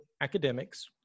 academics